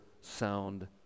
sound